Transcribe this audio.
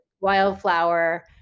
wildflower